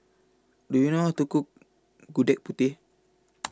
Do YOU know How to Cook Gudeg Putih